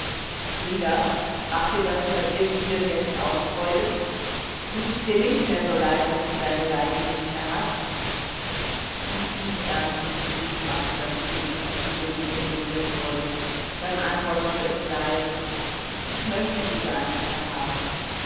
frieder macht dir das klavierspielen jetzt auch freude tut es dir nicht mehr so leid daß du deine geige nimmer hast ein tiefernstes gesicht machte das kind als diese wunde berührt wurde dann antwortete er leise ich möchte sie gar nicht mehr haben